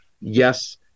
Yes